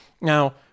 Now